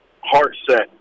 heart-set